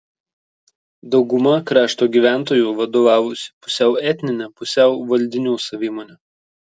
dauguma krašto gyventojų vadovavosi pusiau etnine pusiau valdinių savimone